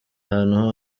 ahantu